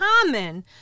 common